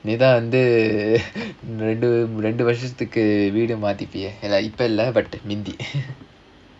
நீ தான் வந்து ரெண்டு ரெண்டு வருஷத்துக்கு வீடு மாத்திட்டியே இப்போ இல்ல முந்தி:neethaan vandhu rendu rendu varushathukku veedu maathitiyae ippo illa munthi